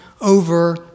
over